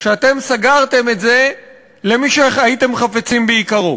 כשאתם סגרתם את זה למי שהייתם חפצים ביקרו?